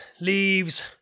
leaves